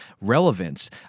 relevance